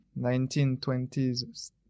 1920s